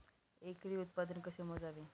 एकरी उत्पादन कसे मोजावे?